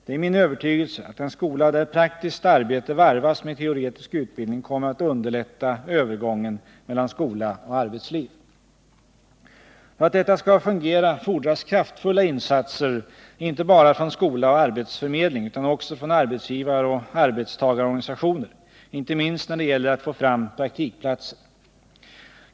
Det är min övertygelse att en skola där praktiskt arbete varvas med teoretisk utbildning kommer att underlätta övergången mellan skola och arbetsliv. För att detta skall fungera fordras kraftfulla insatser inte bara från skola och arbetsförmedling utan också från arbetsgivaroch arbetstagarorganisationer, inte minst när det gäller att få fram praktikplatser.